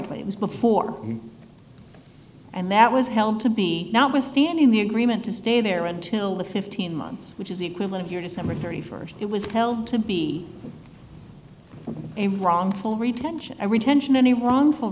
was before and that was held to be notwithstanding the agreement to stay there until the fifteen months which is the equivalent of your december st it was held to be a wrongful retention retention any wrongful